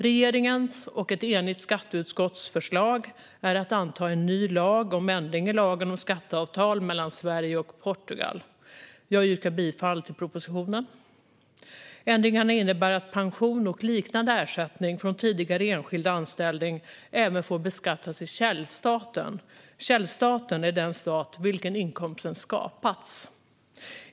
Regeringens och ett enigt skatteutskotts förslag är att anta en ny lag om ändring i lagen om skatteavtal mellan Sverige och Portugal. Jag yrkar bifall till förslaget. Ändringarna innebär att pension och liknande ersättning från tidigare enskild anställning även får beskattas i källstaten. Källstaten är den stat i vilken inkomsten skapats.